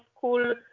cool